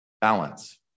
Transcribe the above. Balance